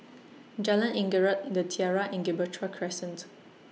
Jalan Anggerek The Tiara and Gibraltar Crescent